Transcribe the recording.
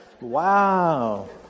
Wow